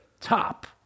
top